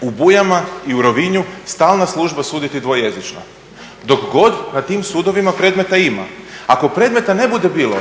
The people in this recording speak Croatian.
u Bujama i u Rovinju stalna služba suditi dvojezično dok god na tim sudovima predmeta ima. Ako predmeta ne bude bilo